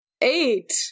Eight